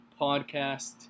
podcast